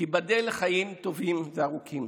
תיבדל לחיים טובים וארוכים.